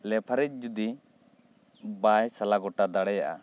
ᱞᱮᱯᱷᱟᱨᱤ ᱡᱩᱫᱤ ᱵᱟᱭ ᱥᱟᱞᱟ ᱜᱚᱴᱟ ᱫᱟᱲᱮᱭᱟᱜᱼᱟ